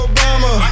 Obama